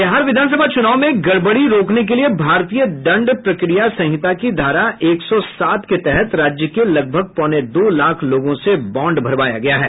बिहार विधानसभा चुनाव में गड़बड़ी रोकने के लिये भारतीय दंड प्रक्रिया संहिता की धारा एक सौ सात के तहत राज्य के लगभग पौने दो लाख लोगों से बाँड भरवाया गया है